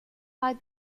mal